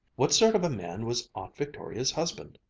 what sort of a man was aunt victoria's husband?